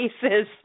cases